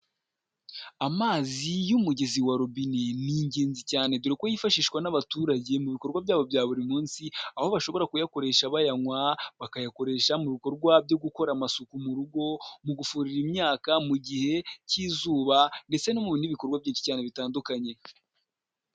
Amazi y'umugezi wa robine ni ingenzi cyane, dore ko yifashishwa n'abaturage mu bikorwa byabo bya buri munsi, aho bashobora kuyakoresha bayanywa, bakayakoresha mu bikorwa byo gukora amasuku mu rugo, mu gufurira imyaka mu gihe cy'izuba, ndetse n'ibikorwa byinshi cyane bitandukanye.